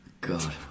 God